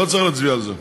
לא צריך להצביע על זה.